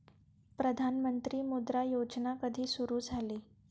प्रधानमंत्री मुद्रा योजना कधी सुरू झाली?